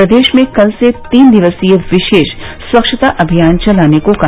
प्रदेश में कल से तीन दिवसीय विशेष स्वच्छता अभियान चलाने को कहा